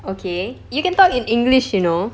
okay you can talk in english you know